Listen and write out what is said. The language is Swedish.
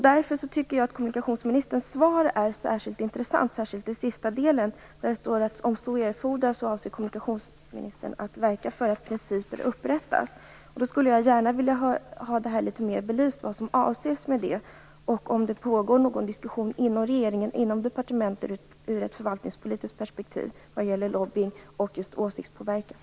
Därför tycker jag att kommunikationsministerns svar är särskilt intressant, speciellt i sista delen där det står att kommunikationsministern om så erfordras avser att verka för att principer upprättas. Jag skulle gärna vilja att ministern ytterligare belyste vad som avses med detta. Jag skulle också vilja veta om det pågår någon diskussion inom regeringen och departementen om lobbying och åsiktspåverkan ur ett förvaltningspolitiskt perspektiv.